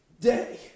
day